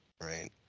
Right